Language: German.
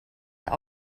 der